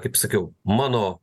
kaip sakiau mano